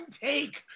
take